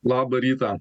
labą rytą